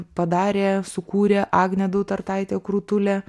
padarė sukūrė agnė dautartaitė krutulė